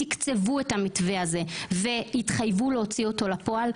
תקצבו את המתווה הזה והתחייבו להוציא אותו לפועל.